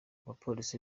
abapolisi